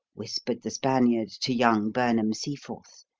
whispered the spaniard to young burnham-seaforth.